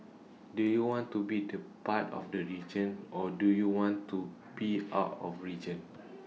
do you want to be the part of the region or do you want to be out of region